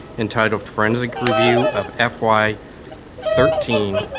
entitled, forensic review of fy thirteen,